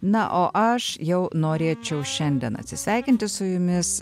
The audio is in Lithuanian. na o aš jau norėčiau šiandien atsisveikinti su jumis